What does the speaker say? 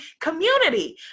community